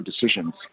decisions